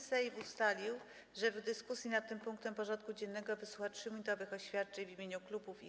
Sejm ustalił, że w dyskusji nad tym punktem porządku dziennego wysłucha 3-minutowych oświadczeń w imieniu klubów i koła.